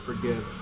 forgive